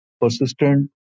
persistent